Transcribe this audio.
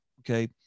okay